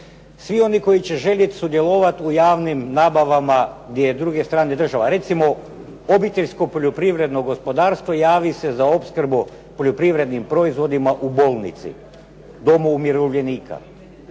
svi oni koji će željeti sudjelovati u javnim nabavama gdje je s druge strane države. Recimo, obiteljsko poljoprivredno gospodarstvo javi se za opskrbu poljoprivrednim proizvodima u bolnici, domu umirovljenika.